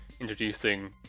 introducing